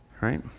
right